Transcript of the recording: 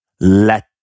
let